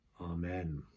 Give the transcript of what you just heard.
Amen